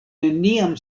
neniam